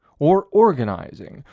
or organizing,